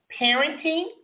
Parenting